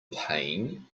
pain